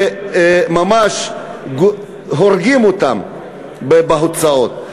וממש הורגים אותם בהוצאות.